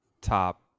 top